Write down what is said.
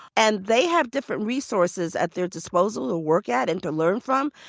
and they have different resources at their disposal or work at and to learn from,